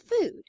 food